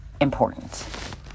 important